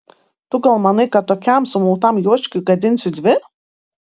tu gal manai kad tokiam sumautam juočkiui gadinsiu dvi